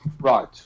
Right